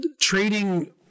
trading